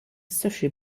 sushi